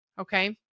Okay